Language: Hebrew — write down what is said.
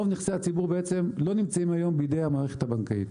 רוב נכסי הציבור בעצם לא נמצאים היום בידי המערכת הבנקאית.